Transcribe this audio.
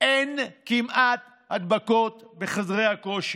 אין כמעט הדבקות בחדרי הכושר.